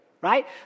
right